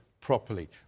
properly